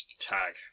tag